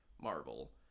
Marvel